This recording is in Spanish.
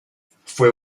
fue